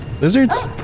Lizards